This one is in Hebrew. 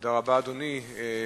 תודה רבה, אדוני.